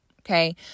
Okay